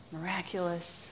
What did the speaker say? miraculous